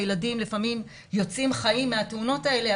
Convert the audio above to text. וילדים לפעמים יוצאים חיים מהתאונות האלה,